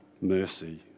mercy